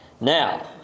Now